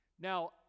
Now